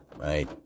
Right